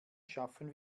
schaffen